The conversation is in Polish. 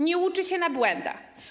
Nie uczy się na błędach.